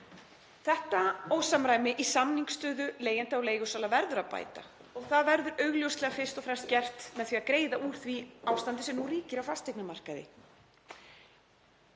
Þetta ósamræmi í samningsstöðu leigjenda og leigusala verður að bæta og það verður augljóslega fyrst og fremst gert með því að greiða úr því ástandi sem nú ríkir á fasteignamarkaði.